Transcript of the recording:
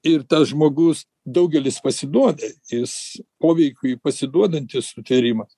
ir tas žmogus daugelis pasiduoda jis poveikiui pasiduodantis sutvėrimas